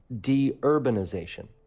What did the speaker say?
de-urbanization